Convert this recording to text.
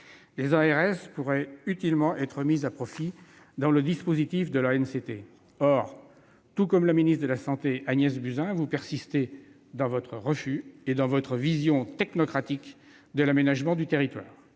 Les ARS pourraient utilement être associées au dispositif de l'ANCT. Or, tout comme la ministre des solidarités et de la santé, Agnès Buzyn, vous persistez dans votre refus et dans votre vision technocratique de l'aménagement du territoire.